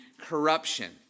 corruption